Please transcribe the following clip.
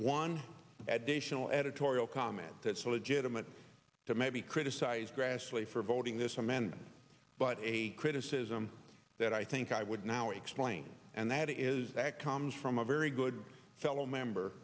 one additional editorial comment that's a legitimate to maybe criticize grassley for voting this amendment but a criticism that i think i would now explain and that is that comes from a very good fellow member